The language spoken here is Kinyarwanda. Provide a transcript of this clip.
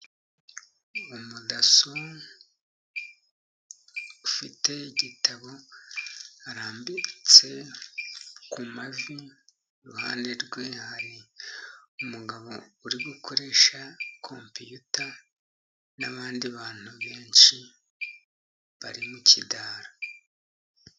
Umudaso ufite igitabo arambitse ku mavi, iruhande rwe hari umugabo uri gukoresha kompiyuta n 'abandi bantu benshi bari mukidara.